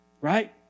right